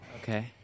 Okay